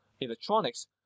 electronics